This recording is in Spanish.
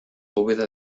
bóveda